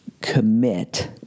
commit